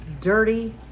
dirty